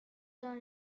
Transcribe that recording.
dans